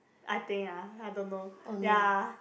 I think ah I don't know ya